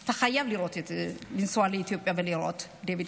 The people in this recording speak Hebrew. אתה חייב לנסוע לאתיופיה ולראות, דוידסון.